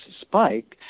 spike